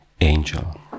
angel